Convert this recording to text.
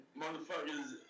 motherfuckers